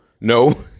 No